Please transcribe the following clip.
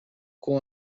com